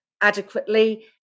adequately